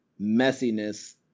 messiness